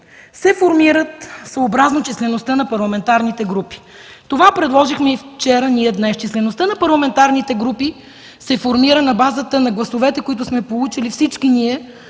се формират съобразно числеността на парламентарните групи. (Шум и реплики.) Това предложихме и вчера, и днес. Числеността на парламентарните групи се формира на базата на гласовете, които сме получили всички ние